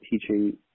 teaching